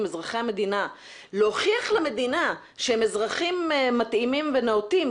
כאזרחי המדינה להוכיח למדינה שהם אזרחים מתאימים ונאותים,